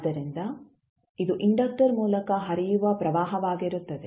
ಆದ್ದರಿಂದ ಇದು ಇಂಡಕ್ಟರ್ ಮೂಲಕ ಹರಿಯುವ ಪ್ರವಾಹವಾಗಿರುತ್ತದೆ